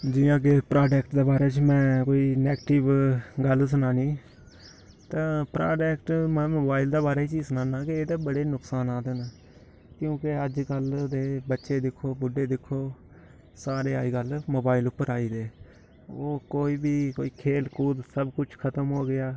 जियां कि प्राडेक्ट दे बारे च मै कोई नेगटीव गल्ल सनानी तां प्राडेक्ट मोबाइल दे बारे च ई सनाना कि एह्दे बड़े नुकसानात न क्योंकि अज्जकल दे बच्चे दिक्खो बुढ्ढे दिक्खो सारे अज्जकल मोबाइल उप्पर आई दे ओह् कोई बी कोई खेढ कूद सब कुछ खत्म हो गेआ